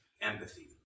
Empathy